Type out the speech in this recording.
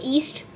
East